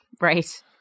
right